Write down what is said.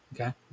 Okay